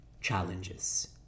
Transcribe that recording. challenges